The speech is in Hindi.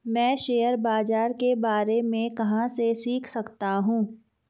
मैं शेयर बाज़ार के बारे में कहाँ से सीख सकता हूँ?